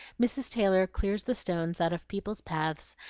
mrs. taylor clears the stones out of people's paths,